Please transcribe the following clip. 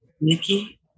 Nikki